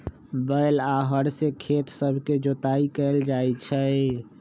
बैल आऽ हर से खेत सभके जोताइ कएल जाइ छइ